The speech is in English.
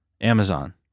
Amazon